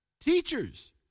teachers